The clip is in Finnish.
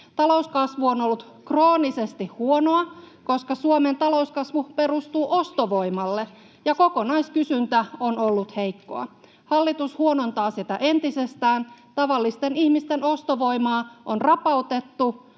Talouskasvu on ollut kroonisesti huonoa, koska Suomen talouskasvu perustuu ostovoimalle ja kokonaiskysyntä on ollut heikkoa. Hallitus huonontaa sitä entisestään. Tavallisten ihmisten ostovoimaa on rapautettu